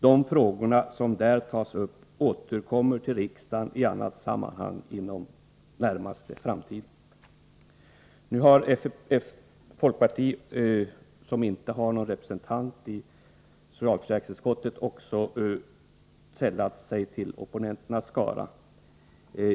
De frågor som där tas upp återkommer till riksdagen i annat sammanhang inom den närmaste framtiden. Folkpartiet, som inte har någon representant i socialförsäkringsutskottet, har nu sällat sig till opponenternas skara.